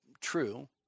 true